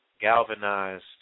galvanized